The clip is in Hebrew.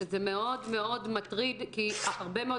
שזה מאוד מאוד מטריד כי הרבה מאוד